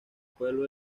pueblo